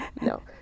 no